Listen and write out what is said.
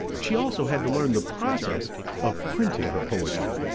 she also had to learn the process of printing her poetry.